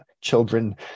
children